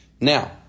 Now